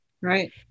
Right